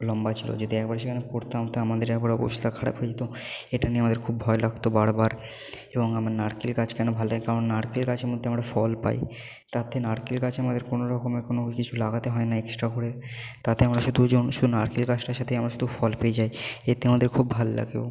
লম্বা ছিল যদি একবার সেখানে পড়তাম তা আমাদের একেবারে অবস্থা খারাপ হয়ে যেত এটা নিয়ে আমাদের খুব ভয় লাগতো বার বার এবং আমার নারকেল গাছ কেন ভালো লাগে কারণ নারকেল গাছের মধ্যে আমরা ফল পাই তার থেকে নারকেল গাছ আমাদের কোন রকমের কোন কিছু লাগাতে হয় না এক্সট্রা করে তাতে আমরা শুধু নারকেল গাছটার সাথে আমরা শুধু ফল পেয়ে যাই এতে আমাদের খুব ভালো লাগে